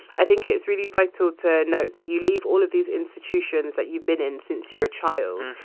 i think it's really vital to note that you leave all of these institutions that you've been in since you were a child,